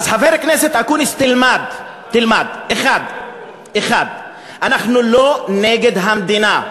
חבר הכנסת אקוניס, תלמד: 1. אנחנו לא נגד המדינה.